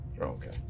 Okay